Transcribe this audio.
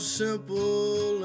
simple